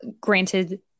granted